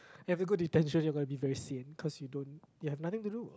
you have to go detention you're gonna be very sian cause you don't you have nothing to do